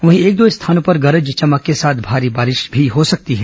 वहीं एक दो स्थानों पर गरज चमक के साथ भारी बारिश हो सकती है